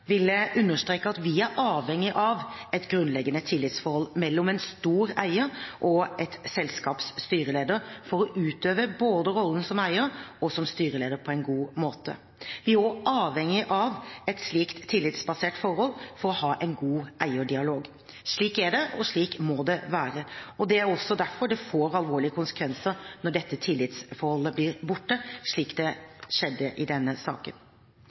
vil jeg understreke at vi er avhengige av et grunnleggende tillitsforhold mellom en stor eier og et selskaps styreleder for å utøve både rollen som eier og som styreleder på en god måte. Vi er også avhengige av et slikt tillitsbasert forhold for å ha en god eierdialog. Slik er det, og slik må det være. Det er også derfor det får alvorlige konsekvenser når dette tillitsforholdet blir borte, slik det skjedde i denne saken.